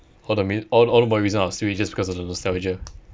all the m~ all all reason I'll still eat just because of the the nostalgia